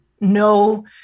no